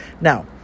Now